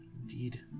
Indeed